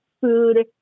food